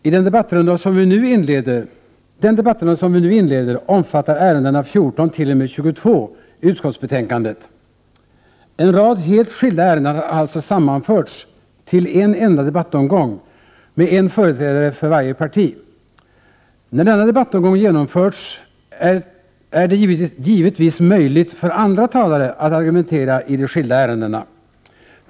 Herr talman! Den debattrunda som vi nu inleder omfattar punkterna 14—22 i utskottsbetänkandet. En rad helt skilda ärenden har alltså sammanförts till en enda debattomgång med en företrädare för varje parti. När denna debattomgång genomförts är det givetvis möjligt för andra talare att argumentera i de skilda ärendena.